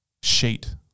sheet